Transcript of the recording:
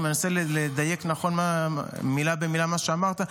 אם אני מנסה לדייק נכון מילה במילה מה שאמרת,